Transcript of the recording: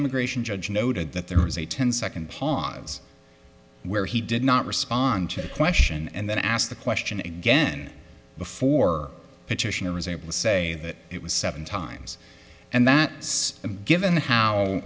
immigration judge noted that there was a ten second pause where he did not respond to a question and then asked the question again before petitioner is able to say that it was seven times and that's a given how